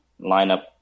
lineup